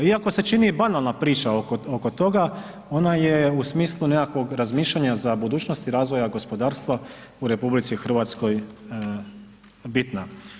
Iako se čini banalna priča oko, oko toga, ona je u smislu nekakvog razmišljanja za budućnost i razvoja gospodarstva u RH bitna.